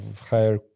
higher